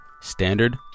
Standard